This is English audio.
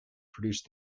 produced